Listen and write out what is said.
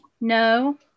No